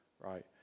right